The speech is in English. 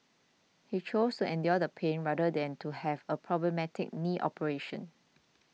he chose endure the pain rather than to have a problematic knee operation